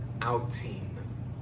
Outing